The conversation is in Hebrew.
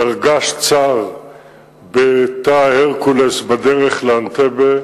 דרגש צר בתא "הרקולס" בדרך לאנטבה,